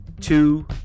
two